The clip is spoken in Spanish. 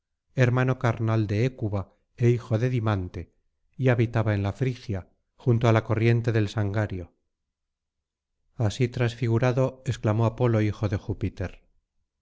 hermano carnal de hécuba é hijo de dimante y habitaba en la frigia junto á la corriente del sangario así transfigurado exclamó apolo hijo de júpiter